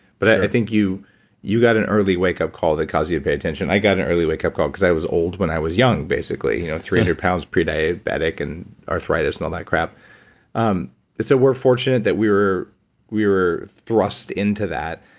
but i think you you got an early wake up call that cause you to pay attention. i got an early wake up call because i was old when i was young basically. you know three hundred pounds prediabetic and arthritis and all that crap um and so we're fortunate that we were we were thrust into that,